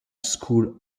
school